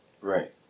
Right